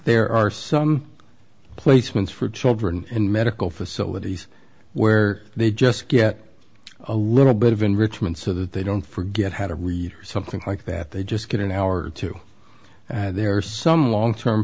there are some placements for children in medical facilities where they just get a little bit of enrichment so that they don't forget how to read or something like that they just get an hour or two and there are some long term